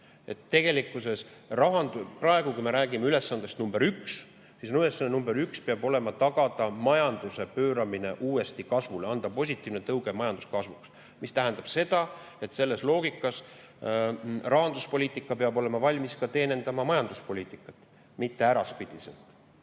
Tegelikult peab, kui me räägime ülesandest nr 1, see ülesanne nr 1 praegu olema tagada majanduse pööramine uuesti kasvule, anda positiivne tõuge majanduskasvuks. See tähendab seda, et selles loogikas rahanduspoliitika peab olema valmis teenima majanduspoliitikat, mitte äraspidiselt.